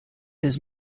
his